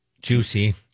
Juicy